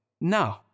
no